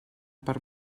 per